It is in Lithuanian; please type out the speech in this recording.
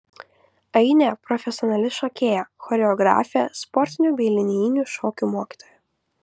ainė profesionali šokėja choreografė sportinių bei linijinių šokių mokytoja